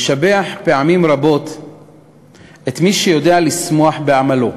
משבח פעמים רבות את מי שיודע לשמוח בעמלו: